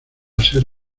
ser